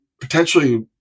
potentially